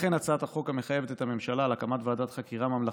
לכן הצעת החוק המחייבת את הממשלה להקים ועדת חקירה ממלכתית,